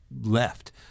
left